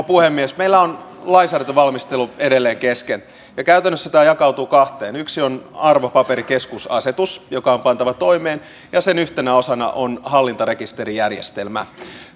puhemies meillä on lainsäädäntövalmistelu edelleen kesken käytännössä tämä jakautuu kahteen yksi on arvopaperikeskusasetus joka on pantava toimeen ja sen yhtenä osana on hallintarekisterijärjestelmä